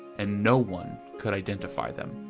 and no one could identify them.